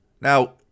Now